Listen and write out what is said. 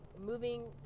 moving